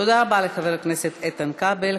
תודה רבה לחבר הכנסת איתן כבל.